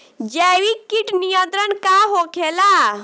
जैविक कीट नियंत्रण का होखेला?